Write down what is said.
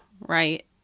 right